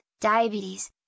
diabetes